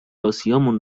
آسیامون